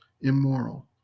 immoral